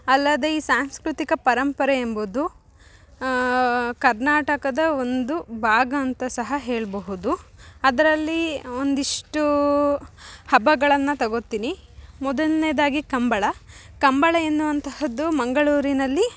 ಅಲ್ಲದೆ ಈ ಸಾಂಸ್ಕೃತಿಕ ಪರಂಪರೆಯೆಂಬುದು ಕರ್ನಾಟಕದ ಒಂದು ಭಾಗ ಅಂತ ಸಹ ಹೇಳಬಹುದು ಅದರಲ್ಲಿ ಒಂದಿಷ್ಟು ಹಬ್ಬಗಳನ್ನು ತಗೋತೀನಿ ಮೊದಲನೇದಾಗಿ ಕಂಬಳ ಕಂಬಳ ಎನ್ನುವಂತಹದ್ದು ಮಂಗಳೂರಿನಲ್ಲಿ